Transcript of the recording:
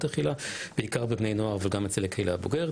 אכילה בעיקר בבני נוער וגם אצל הקהילה הבוגרת.